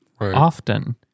often